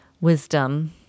wisdom